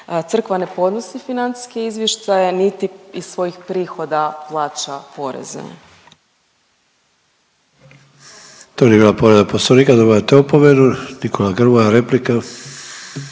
Crkva ne podnosi financijske izvještaje niti iz svojih prihoda plaća poreze. **Sanader, Ante (HDZ)** To nije bila povreda Poslovnika. Dobivate opomenu. Nikola Grmoja, replika.